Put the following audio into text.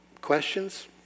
Questions